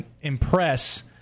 impress